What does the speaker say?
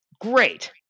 Great